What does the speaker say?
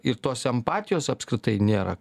ir tos empatijos apskritai nėra